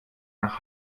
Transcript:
nach